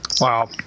Wow